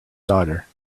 daughter